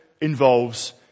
involves